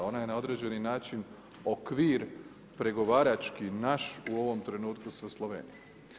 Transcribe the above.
Ona je na određeni način okvir pregovarački naš u ovom trenutku sa Slovenijom.